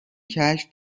کشف